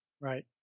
Right